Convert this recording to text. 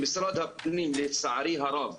שמשרד הפנים לצערי הרב,